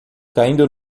caindo